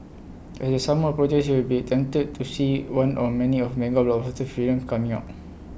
as the summer approaches you will be tempted to see one or many of mega films coming out